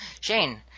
Shane